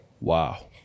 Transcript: Wow